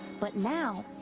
but now,